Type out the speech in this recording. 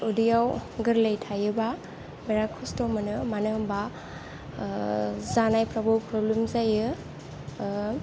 उदैयाव गोरलै थायोबा बेराद खस्थ' मोनो मानो होनबा जानायफोरावबो प्रब्लेम जायो